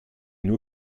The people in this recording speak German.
nur